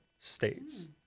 states